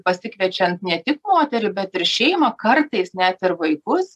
pasikviečiant ne tik moterį bet ir šeimą kartais net ir vaikus